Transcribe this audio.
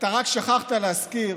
אתה רק שכחת להזכיר